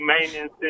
maintenance